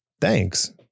thanks